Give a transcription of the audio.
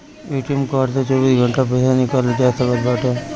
ATM card से चौबीसों घंटा पईसा निकालल जा सकत बाटे